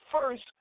first